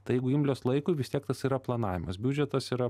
tai jeigu imlios laikui vis tiek tas yra planavimas biudžetas yra